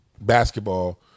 basketball